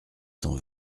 cent